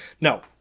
No